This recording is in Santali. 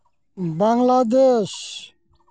ᱵᱟᱝᱞᱟᱫᱮᱥ